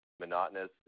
monotonous